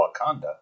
Wakanda